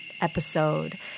episode